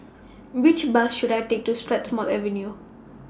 Which Bus should I Take to Strathmore Avenue